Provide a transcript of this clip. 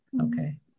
Okay